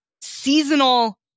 seasonal